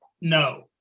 No